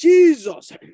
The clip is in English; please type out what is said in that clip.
Jesus